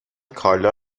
کایلا